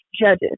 judges